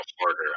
harder